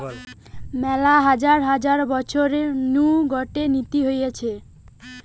মেলা হাজার হাজার বছর নু গটে নীতি হতিছে